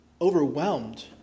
overwhelmed